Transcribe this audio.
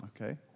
Okay